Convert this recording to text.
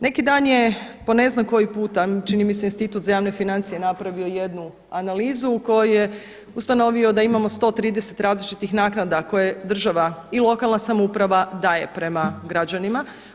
Neki dan je po ne znam koji puta, čini mi se Institut za javne financije napravio jednu analizu u kojoj je ustanovio da imamo 130 različitih naknada koje država i lokalna samouprava daje prema građanima.